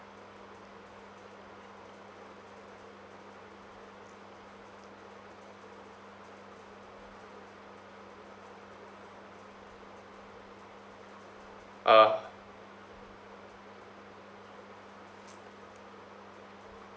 uh